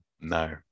No